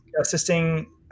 assisting